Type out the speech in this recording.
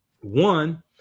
One